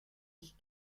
ich